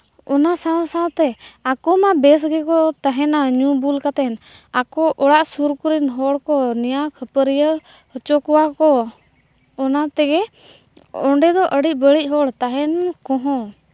ᱚᱱᱟ ᱥᱟᱶ ᱥᱟᱶᱛᱮ ᱟᱠᱚ ᱢᱟ ᱵᱮᱥ ᱜᱮᱠᱚ ᱛᱟᱦᱮᱱᱟ ᱧᱩ ᱵᱩᱞ ᱠᱟᱛᱮᱫ ᱟᱠᱚ ᱚᱲᱟᱜ ᱥᱩᱨ ᱠᱚᱨᱮᱱ ᱦᱚᱲ ᱠᱚ ᱱᱮᱭᱟᱣ ᱠᱷᱟᱹᱯᱟᱹᱨᱤᱭᱟᱹᱣ ᱦᱚᱪᱚ ᱠᱚᱣᱟ ᱠᱚ ᱚᱱᱟ ᱛᱮᱜᱮ ᱚᱸᱰᱮᱫᱚ ᱟᱹᱰᱤ ᱵᱟᱹᱲᱤᱡᱽ ᱦᱚᱲ ᱛᱟᱦᱮᱱ ᱠᱚᱦᱚᱸ